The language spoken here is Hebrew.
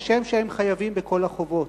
כשם שהם חייבים בכל החובות.